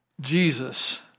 Jesus